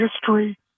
history